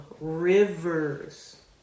rivers